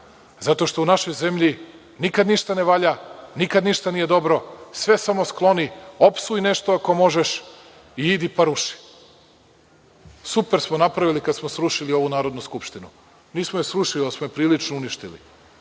zato što u našoj zemlji nikad ništa ne valja, nikad ništa nije dobro, sve samo skloni, opsuj nešto ako možeš i idi pa ruši. Super smo napravili kada smo srušili ovu Narodnu skupštinu. Nismo je srušili, ali smo je prilično uništili.